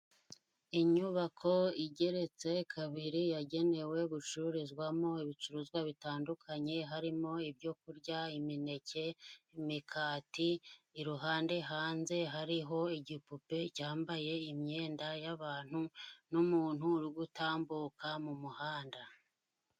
Inyubako igeretse kabiri yagenewe gucururizwamo ibicuruzwa bitandukanye, harimo ibyo kurya, imineke, imikati, iruhande hanze hariho igipupe cyambaye imyenda y'abantu n'umuntu uri gutambuka mu muhanda.